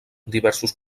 diversos